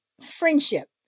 friendship